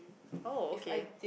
oh okay